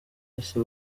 wese